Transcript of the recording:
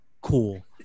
cool